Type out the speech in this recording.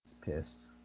pissed